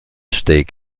steak